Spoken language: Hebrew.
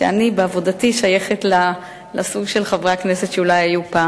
שאני בעבודתי שייכת לסוג של חברי הכנסת שאולי היו פעם.